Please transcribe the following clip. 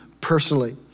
personally